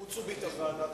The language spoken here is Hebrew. חוץ וביטחון.